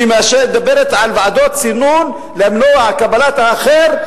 שמדברת על ועדות סינון למנוע קבלת האחר,